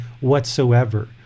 whatsoever